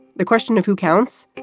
the question of who counts?